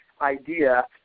idea